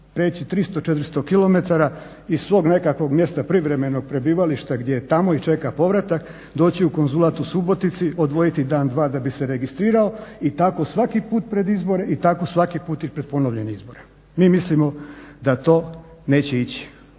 prijeći 300, 400 km iz svog nekakvog mjesta privremenog prebivališta gdje je tamo i čeka povratak, doći u konzulat u Subotici, odvojiti dan, dva da bi se registrirao i tako svaki put pred izbore i tako svaki put i pred ponovljene izbore. Mi mislimo da to neće ići.